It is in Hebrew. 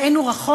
ואין הוא רחוק,